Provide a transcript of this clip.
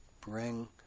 bring